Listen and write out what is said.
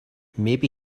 maybe